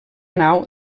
nau